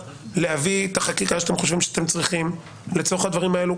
להביא את החקיקה שאתם חושבים שאתם צריכים לצורך הדברים האלו.